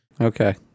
Okay